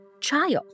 child